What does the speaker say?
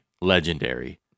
Legendary